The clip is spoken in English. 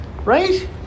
right